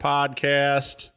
Podcast